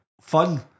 fun